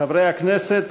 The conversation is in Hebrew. חברי הכנסת,